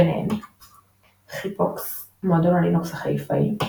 ביניהן חיפוקס – מועדון הלינוקס החיפאי.